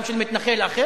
גם של מתנחל אחר,